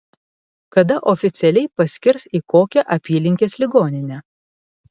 kada oficialiai paskirs į kokią apylinkės ligoninę